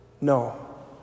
No